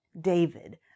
David